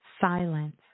silence